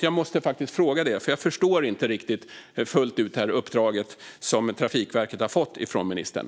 Jag måste fråga det, för jag förstår inte fullt ut det uppdrag som Trafikverket har fått av ministern.